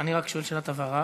אני רק שואל שאלת הבהרה.